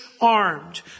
armed